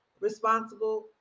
responsible